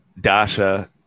Dasha